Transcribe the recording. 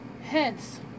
Hence